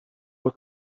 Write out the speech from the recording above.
was